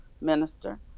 minister